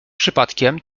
przypadkiem